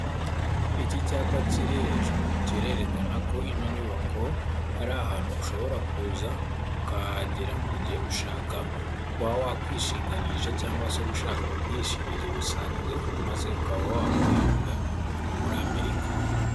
Iki cyapa kiri hejuru, kirerekana ko ino nyubako ari ahantu ushobora kuza ukahagera mu gihe ushaka kuba wakwishinganisha cyangwa se ushaka ubwishingizi busanzwe, maze ukaba wabuhabwa hano muri Amerika.